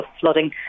flooding